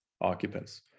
occupants